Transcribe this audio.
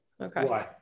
Okay